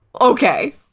okay